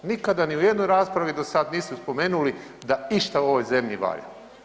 Nikada ni u jednoj raspravi dosad niste spomenuli da išta u ovoj zemlji valja.